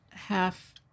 Half